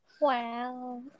Wow